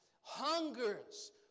Hungers